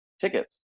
tickets